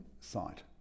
site